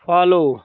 follow